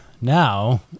now